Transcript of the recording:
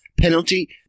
penalty